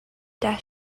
that